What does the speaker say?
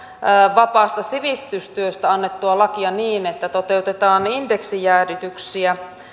vapaasta sivistystyöstä annettua lakia niin että toteutetaan indeksijäädytyksiä